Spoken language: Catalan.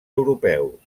europeus